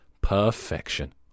perfection